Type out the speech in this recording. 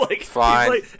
Fine